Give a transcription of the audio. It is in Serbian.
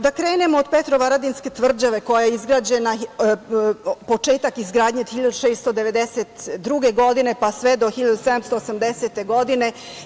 Da krenemo od Petrovaradinske tvrđave, čije je početak izgradnje bio 1692. godine, pa sve do 1780. godine.